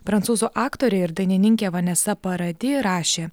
prancūzų aktorė ir dainininkė vanesa paradi rašė